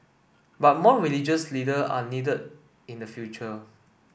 but more religious leader are needed in the future